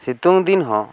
ᱥᱤᱛᱩᱝ ᱫᱤᱱ ᱦᱚᱸ